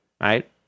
right